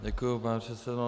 Děkuji, pane předsedo.